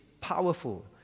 powerful